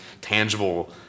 tangible